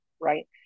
right